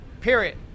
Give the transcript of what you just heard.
period